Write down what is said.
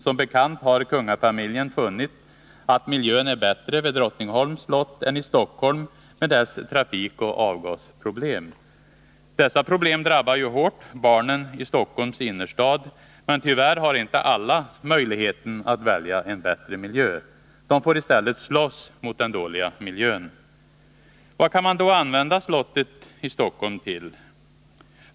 Som bekant har kungafamiljen funnit att miljön är bättre vid Drottningholms slott än i Stockholm med dess trafikoch avgasproblem. Dessa problem drabbar ju hårt barnen i Stockholms innerstad, men tyvärr har inte alla möjligheten att välja en bättre miljö. De får i stället slåss mot den dåliga miljön. Vad kan man då använda slottet i Stockholm till?